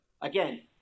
Again